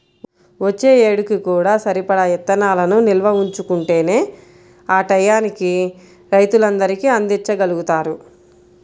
వచ్చే ఏడుకి కూడా సరిపడా ఇత్తనాలను నిల్వ ఉంచుకుంటేనే ఆ టైయ్యానికి రైతులందరికీ అందిచ్చగలుగుతారు